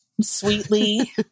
sweetly